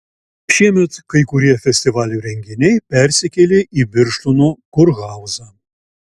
šiemet kai kurie festivalio renginiai persikėlė į birštono kurhauzą